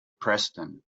preston